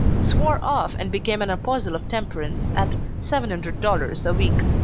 swore off and became an apostle of temperance at seven hundred dollars a week.